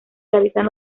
realizan